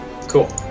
cool